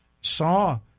saw